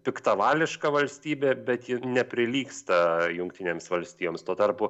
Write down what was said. piktavališka valstybė bet ji neprilygsta jungtinėms valstijoms tuo tarpu